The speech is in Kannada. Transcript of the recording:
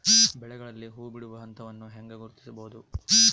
ಬೆಳೆಗಳಲ್ಲಿ ಹೂಬಿಡುವ ಹಂತವನ್ನು ಹೆಂಗ ಗುರ್ತಿಸಬೊದು?